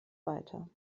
weiter